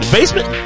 Basement